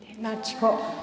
लाथिख'